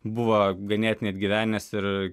buvo ganėtinai atgyvenęs ir